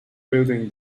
building